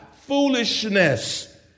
foolishness